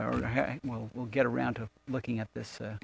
or well we'll get around to looking at this